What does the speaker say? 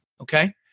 okay